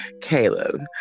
Caleb